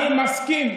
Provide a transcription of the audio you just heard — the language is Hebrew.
אני מסכים.